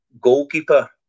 goalkeeper